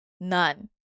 none